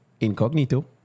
Incognito